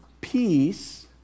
peace